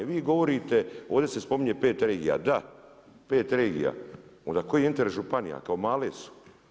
Vi govorite, ovdje se spominje pet regija, da pet regija onda koji je interes županija, kao male su.